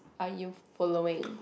are you following